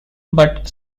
but